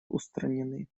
устранены